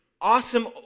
awesome